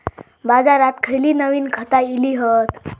बाजारात खयली नवीन खता इली हत?